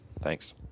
Thanks